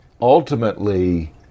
Ultimately